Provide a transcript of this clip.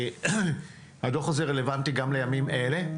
הדוח הזה רלבנטי גם לימים אלה,